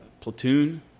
platoon